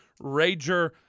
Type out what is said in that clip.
Rager